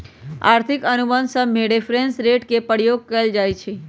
आर्थिक अनुबंध सभमें रेफरेंस रेट के प्रयोग कएल जाइ छइ